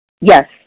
Yes